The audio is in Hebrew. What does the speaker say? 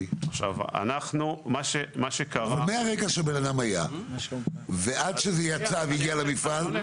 מהרגע שאדם היה ועד שזה יצא והגיע למפעל,